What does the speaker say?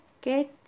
get